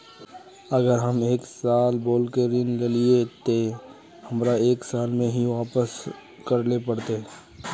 अगर हम एक साल बोल के ऋण लालिये ते हमरा एक साल में ही वापस करले पड़ते?